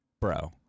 bro